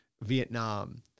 Vietnam